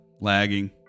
lagging